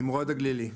תמרים,